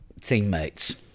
teammates